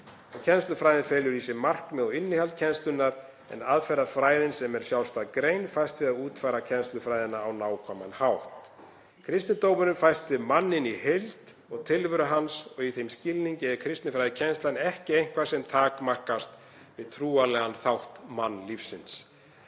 Kennslufræðin felur í sér markmið og innihald kennslunnar en aðferðafræðin, sem er sjálfstæð grein, fæst við að útfæra kennslufræðina á nákvæman hátt. Kristindómurinn fæst við manninn í heild og tilveru hans og í þeim skilningi er kristinfræðikennslan ekki eitthvað sem takmarkast við trúarlegan þátt mannlífsins.